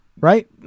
Right